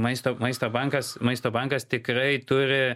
maisto maisto bankas maisto bankas tikrai turi